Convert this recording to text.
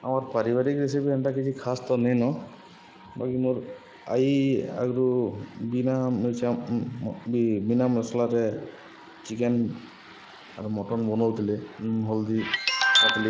ଆମର୍ ପାରିବାରିକ ରେସିପି ହେନ୍ତା କିଛି ଖାସ ତ ନିନ ବାକି ମୋ ଆଇ ଆଗରୁ ବିନା ମି ବିନା ମସଲାରେ ଚିକେନ ଆଉ ମଟନ ବନଉଥିଲେ ହଲଦୀ